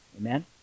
Amen